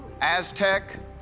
Aztec